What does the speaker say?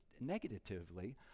negatively